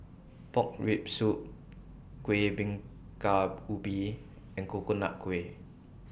Pork Rib Soup Kueh Bingka Ubi and Coconut Kuih